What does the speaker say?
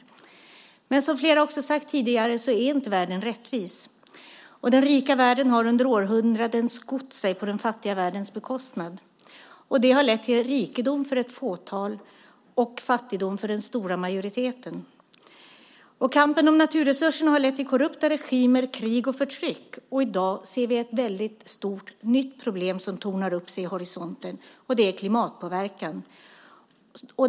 Flera har också tidigare sagt att världen inte är rättvis. Den rika världen har under århundraden skott sig på den fattiga världens bekostnad. Det har lett till rikedom för ett fåtal och fattigdom för den stora majoriteten. Kampen om naturresurserna har lett till korrupta regimer, krig och förtryck. I dag ser vi ett stort nytt problem som tornar upp sig i horisonten, nämligen klimatpåverkan.